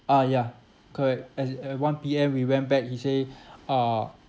uh ya correct at at one P_M we went back he say uh